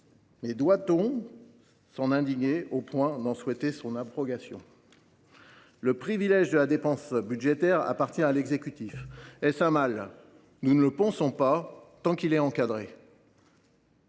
pour autant s’en indigner au point de souhaiter son abrogation ? Le privilège de la dépense budgétaire appartient à l’exécutif. Est ce un mal ? Nous ne le pensons pas, tant que ce